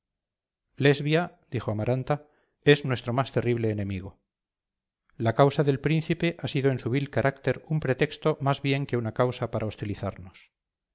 lesbia dijo amaranta es nuestro más terrible enemigo la causa del príncipe ha sido en su vil carácter un pretexto más bien que una causa para hostilizarnos